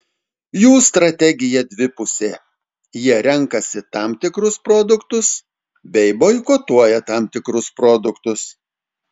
jų strategija dvipusė jie renkasi tam tikrus produktus bei boikotuoja tam tikrus produktus